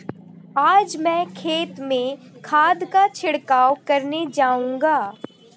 आज मैं खेत में खाद का छिड़काव करने जाऊंगा